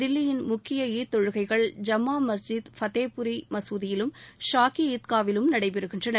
தில்லியில் முக்கிய ஈத் தொழுகைகள் ஜம்மா மஸ்ஜீத் ஃபத்தேபுரி மசூதியிலும் ஷாகி ஈத்கா விலும் நடைபெறுகின்றன